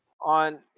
on